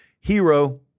Hero